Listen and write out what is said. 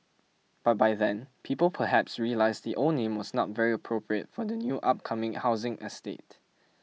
but by then people perhaps realised the old name was not very appropriate for the new upcoming housing estate